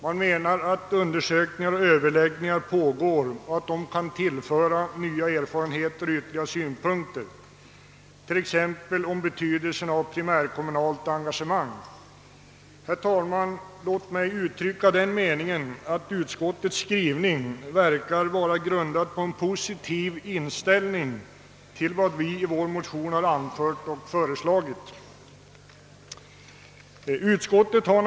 Man menar att undersökningar och överläggningar pågår, som kan tillföra ytterligare synpunkter, t.ex. på betydelsen av primärkommunalt engagemang. Utskottets skrivning verkar vara grundad på en positiv inställning till vad vi anfört och föreslagit i vår motion.